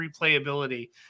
replayability